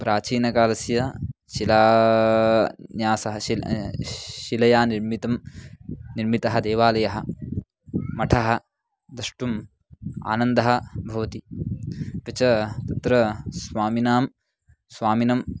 प्राचीनकालस्य शिला न्यासः शिला शिलया निर्मितः निर्मितः देवालयः मठं द्रष्टु्म् आनन्दः भवति अपि च तत्र स्वामिनां स्वामिनं